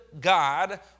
God